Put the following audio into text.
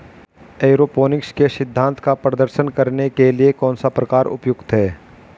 Aeroponics के सिद्धांत का प्रदर्शन करने के लिए कौन सा प्रकार उपयुक्त है?